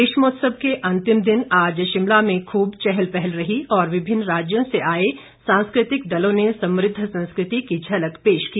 ग्रीष्मोत्सव के अंतिम दिन आज शिमला में खूब चहल पहल रही और विभिन्न राज्यों से आए सांस्कृतिक दलों ने समृद्ध संस्कृति की झलक पेश की